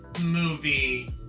movie